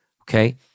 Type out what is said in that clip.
okay